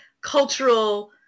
cultural